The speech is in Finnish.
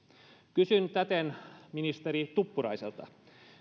kysyn täten ministeri tuppuraiselta